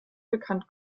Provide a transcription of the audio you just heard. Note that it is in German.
bekannt